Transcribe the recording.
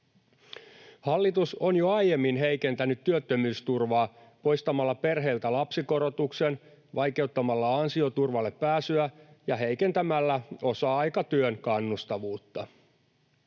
Hallitus on jo aiemmin heikentänyt työttömyysturvaa poistamalla perheiltä lapsikorotuksen, vaikeuttamalla ansioturvalle pääsyä ja heikentämällä osa-aikatyön kannustavuutta.